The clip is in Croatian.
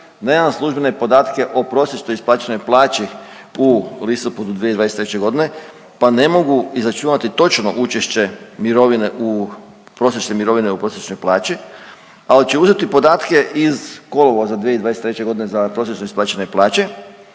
nemam službene podatke o prosječnoj isplaćenoj plaći u listopadu 2023.g., pa ne mogu izračunati točno učešće mirovine u, prosječne mirovine u prosječnoj plaći, ali ću uzeti podatke iz kolovoza 2023.g. za prosječno isplaćene plaće,